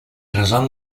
resol